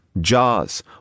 jaws